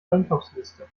einkaufsliste